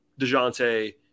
DeJounte